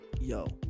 yo